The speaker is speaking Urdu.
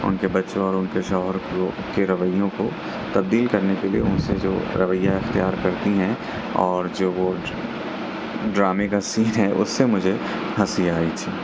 ان کے بچوں اور ان کے شوہر کو کے رویوں کو تبدیل کرنے کے لئے ان سے جو رویہ اختیار کرتی ہیں اور جو وہ ڈرامے کا سین ہے اس سے مجھے ہنسی آئی تھی